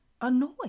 Annoyed